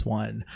one